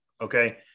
Okay